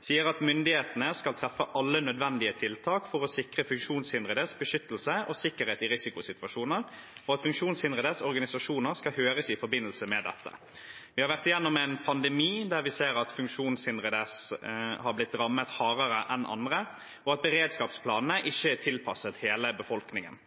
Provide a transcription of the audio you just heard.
skal myndighetene treffe alle nødvendige tiltak for å sikre funksjonshindredes beskyttelse og sikkerhet i risikosituasjoner, og at funksjonshindredes organisasjoner skal høres i forbindelse med dette. Vi har vært gjennom en pandemi der vi ser at funksjonshindrede har blitt rammet hardere enn andre, og at beredskapsplanene ikke er tilpasset hele befolkningen.